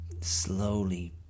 slowly